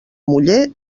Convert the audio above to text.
muller